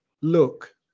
look